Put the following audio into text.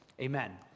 amen